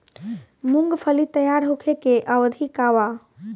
मूँगफली तैयार होखे के अवधि का वा?